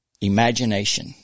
Imagination